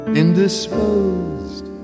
indisposed